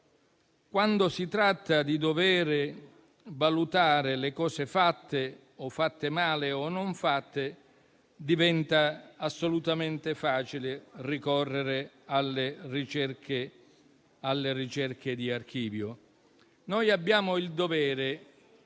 quando si tratta di dovere valutare le cose fatte, fatte male o non fatte, diventa assolutamente facile ricorrere alle ricerche di archivio. Abbiamo il dovere